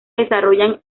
desarrollan